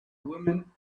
woman